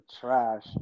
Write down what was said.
trash